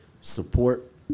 support